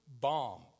bomb